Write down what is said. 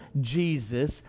Jesus